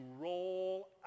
roll